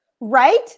Right